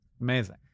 Amazing